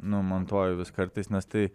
nu montuoju vis kartais nes tai